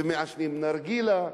ומעשנים נרגילה,